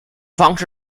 方式